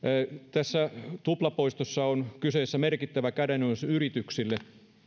tässä tuplapoistossa on kyseessä merkittävä kädenojennus yrityksille